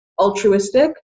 altruistic